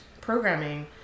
programming